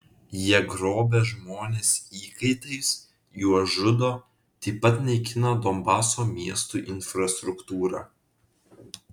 jie grobia žmones įkaitais juos žudo taip pat naikina donbaso miestų infrastruktūrą